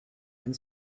and